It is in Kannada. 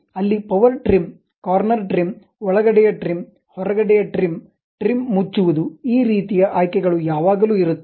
ಅಲ್ಲಿ ಪವರ್ ಟ್ರಿಮ್ ಕಾರ್ನರ್ ಟ್ರಿಮ್ ಒಳಗಡೆಯ ಟ್ರಿಮ್ ಹೊರಗಡೆಯ ಟ್ರಿಮ್ ಟ್ರಿಮ್ ಮುಚ್ಚುವದು ಈ ರೀತಿಯ ಆಯ್ಕೆಗಳು ಯಾವಾಗಲೂ ಇರುತ್ತವೆ